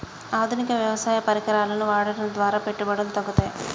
ఆధునిక వ్యవసాయ పరికరాలను వాడటం ద్వారా పెట్టుబడులు తగ్గుతయ?